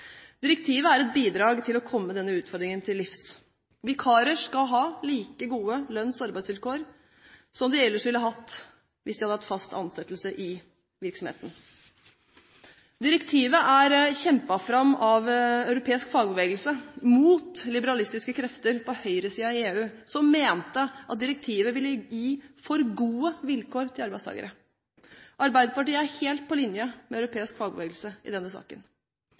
Direktivet er et bidrag til å komme denne utfordringen til livs. Vikarer skal ha like gode lønns- og arbeidsvilkår som de ellers ville hatt hvis de hadde hatt fast ansettelse i virksomheten. Direktivet er kjempet fram av europeisk fagbevegelse mot liberalistiske krefter på høyresiden i EU, som mente at direktivet ville gi for gode vilkår til arbeidstakere. Arbeiderpartiet er helt på linje med europeisk fagbevegelse i denne saken.